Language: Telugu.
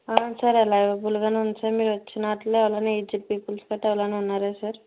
సార్ అలైవబుల్గానే ఉంది సార్ మీరొచ్చినట్లు అలానే ఏజ్డ్ పీపుల్ కట్ట ఎవరన్నా ఉన్నారా సార్